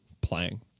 playing